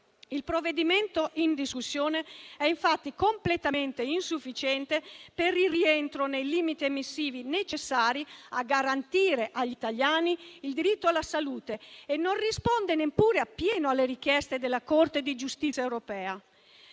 Il provvedimento in discussione è infatti completamente insufficiente per il rientro nei limiti emissivi necessari a garantire agli italiani il diritto alla salute, e non risponde neppure appieno alle richieste della Corte di giustizia europea.